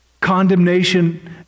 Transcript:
condemnation